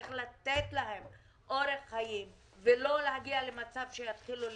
איך לתת להם אורך חיים ולא להגיע למצב שיתחילו להיסגר.